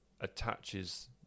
attaches